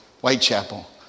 Whitechapel